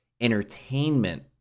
entertainment